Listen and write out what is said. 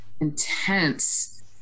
intense